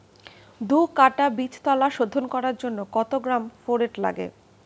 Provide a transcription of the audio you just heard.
দু কাটা বীজতলা শোধন করার জন্য কত গ্রাম ফোরেট লাগে?